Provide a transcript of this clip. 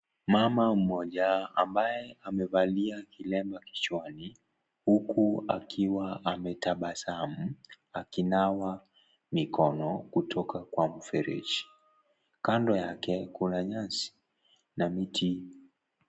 Mama mmoja ambaye amevalia kilemba kichwani huku akiwa ametabasamu akinawa mikono kutoka kwa mfereji. Kando yake kuna nyasi na miti.